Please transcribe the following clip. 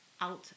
out